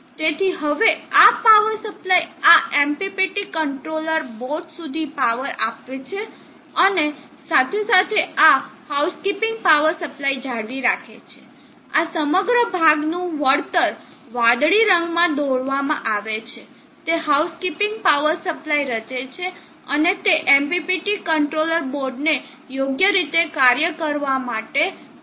તેથી હવે આ પાવર સપ્લાય આ MPPT કંટ્રોલર બોર્ડ સુધી પાવર આપે છે અને સાથે સાથે આ હાઉસકીપિંગ પાવર સપ્લાય જાળવી રાખે છે આ સમગ્ર ભાગનું વળતર વાદળી રંગમાં દોરવામાં આવે છે તે હાઉસકીપિંગ પાવર સપ્લાય રચે છે અને તે MPPT કંટ્રોલર બોર્ડને યોગ્ય રીતે કાર્ય કરવા માટે જરૂરી છે